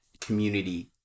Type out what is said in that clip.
community